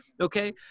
okay